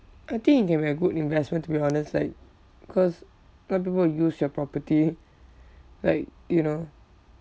I think it can be a good investment to be honest like cause a lot of people will use your property like you know